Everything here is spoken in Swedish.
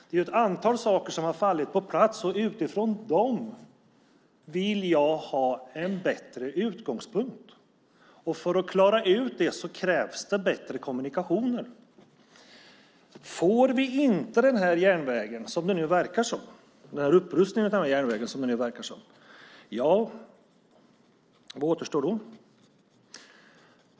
Det är ett antal saker som har fallit på plats. Utifrån dem vill jag ha en bättre utgångspunkt, och för att klara ut det krävs det bättre kommunikationer. Om vi inte får upprustningen av den här järnvägen, som det nu verkar som - vad återstår då?